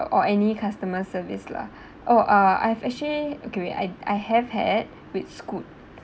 or any customer service lah oh uh I've actually okay wait I I have had with Scoot